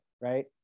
right